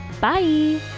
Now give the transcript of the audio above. Bye